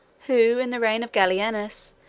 who, in the reign of gallienus,